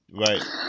Right